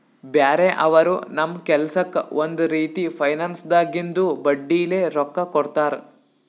ಬ್ಯಾರೆ ಅವರು ನಮ್ ಕೆಲ್ಸಕ್ಕ್ ಒಂದ್ ರೀತಿ ಫೈನಾನ್ಸ್ದಾಗಿಂದು ಬಡ್ಡಿಲೇ ರೊಕ್ಕಾ ಕೊಡ್ತಾರ್